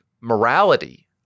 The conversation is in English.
morality